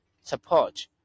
support